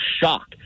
shock